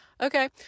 okay